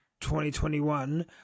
2021